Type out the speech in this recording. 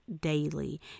daily